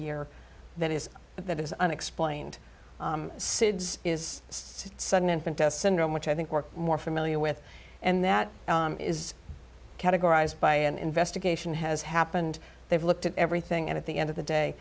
year that is that is unexplained sids is sudden infant death syndrome which i think we're more familiar with and that is categorized by an investigation has happened they've looked at everything and at the end of the day